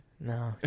No